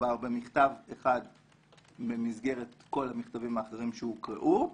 מדובר במכתב אחד במסגרת כל המכתבים האחרים שהוקראו,